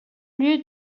lieu